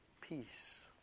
peace